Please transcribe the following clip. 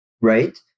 right